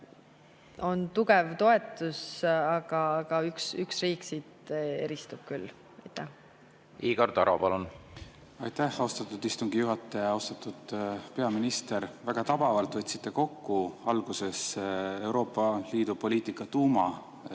on tugev toetus, kuigi üks riik eristub. Igor Taro, palun! Aitäh, austatud istungi juhataja! Austatud peaminister! Väga tabavalt võtsite kokku alguses Euroopa Liidu poliitika tuuma: